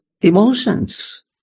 emotions